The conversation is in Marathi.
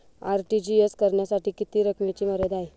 आर.टी.जी.एस करण्यासाठी किती रकमेची मर्यादा आहे?